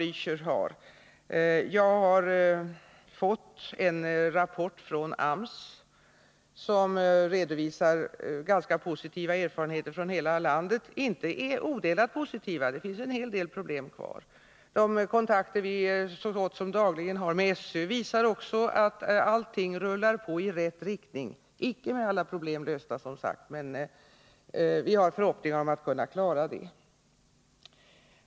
Jag har fått en rapport från AMS, där man redovisar ganska positiva erfarenheter från hela landet. De är dock inte odelat positiva — det finns en hel del problem kvar. Också de kontakter vi så gott som dagligen har med SÖ visar att allt rullar på i rätt riktning — utan, som sagt, att alla problem är lösta, men vi har förhoppning om att kunna klara svårigheterna.